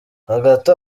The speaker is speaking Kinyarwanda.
hagati